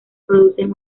producen